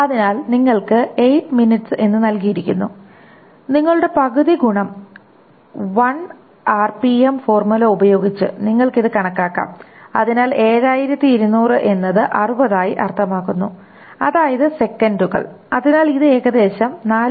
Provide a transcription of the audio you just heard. അതിനാൽ നിങ്ങൾക് 8 ms എന്ന് നൽകിയിരിക്കുന്നു നിങ്ങളുടെ പകുതി ഗുണം 1ആർപിഎം ഫോർമുല ഉപയോഗിച്ച് നിങ്ങൾക്ക് ഇത് കണക്കാക്കാം അതിനാൽ 7200 എന്നത് 60 ആയി അർത്ഥമാക്കുന്നു അതായത് സെക്കന്റുകൾ അതിനാൽ ഇത് ഏകദേശം 4